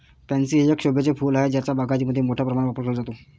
pansy हे एक शोभेचे फूल आहे ज्याचा बागायतीमध्ये मोठ्या प्रमाणावर वापर केला जातो